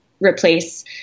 replace